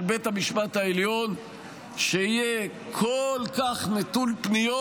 בית המשפט העליון שיהיה כל כך נטול פניות,